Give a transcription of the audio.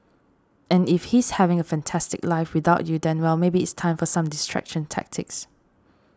and if he's having a fantastic life without you then well maybe it's time for some distraction tactics